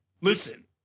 Listen